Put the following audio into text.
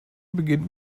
beginnt